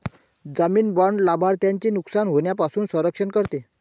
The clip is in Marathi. जामीन बाँड लाभार्थ्याचे नुकसान होण्यापासून संरक्षण करते